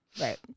right